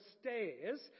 stairs